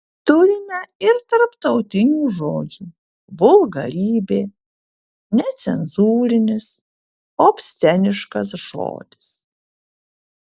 turime ir tarptautinių žodžių vulgarybė necenzūrinis obsceniškas žodis